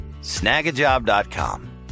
Snagajob.com